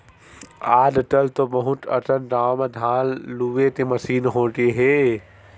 आजकल तो बहुत अकन गाँव म धान लूए के मसीन होगे हे